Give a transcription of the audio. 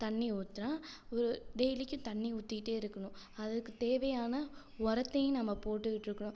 தண்ணி ஊற்றுனா ஒரு டெய்லிக்கும் தண்ணி ஊற்றிட்டே இருக்கணும் அதுக்குத் தேவையான உரத்தையும் நம்ம போட்டுக்கிட்ருக்கணும்